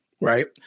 right